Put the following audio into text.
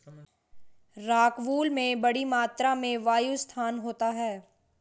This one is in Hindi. रॉकवूल में बड़ी मात्रा में वायु स्थान होता है